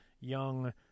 young